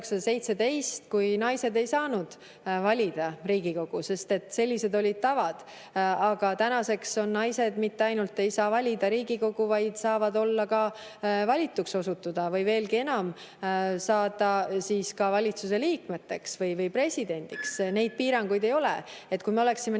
kui naised ei saanud valida Riigikogu, sest sellised olid tavad. Aga tänaseks on nii, et naised mitte ainult ei saa valida Riigikogu, vaid saavad ka valituks osutuda, veelgi enam, saada valitsuse liikmeteks või presidendiks. Neid piiranguid ei ole. Kui me oleksime